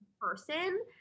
person